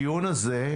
הדיון הזה,